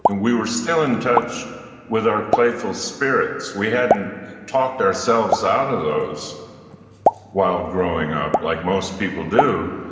and we were still in touch with our playful spirits. we hadn't talked ourselves out of those while growing up like most people do,